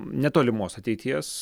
netolimos ateities